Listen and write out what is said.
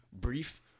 brief